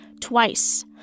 twice